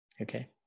Okay